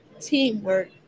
teamwork